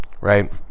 Right